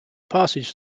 passes